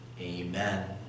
Amen